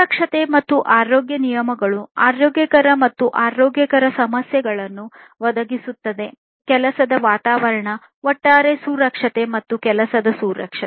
ಸುರಕ್ಷತೆ ಮತ್ತು ಆರೋಗ್ಯ ನಿಯಮಗಳು ಆರೋಗ್ಯಕರ ಮತ್ತು ಆರೋಗ್ಯಕರ ಸಮಸ್ಯೆಗಳನ್ನು ಒದಗಿಸುತ್ತದೆ ಕೆಲಸದ ವಾತಾವರಣ ಒಟ್ಟಾರೆ ಸುರಕ್ಷತೆ ಮತ್ತು ಕೆಲಸದ ಸುರಕ್ಷತೆ